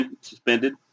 suspended